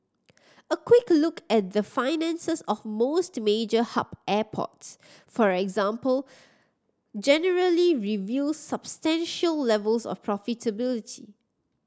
a quick look at the finances of most major hub airports for example generally reveals substantial levels of profitability